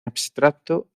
abstracto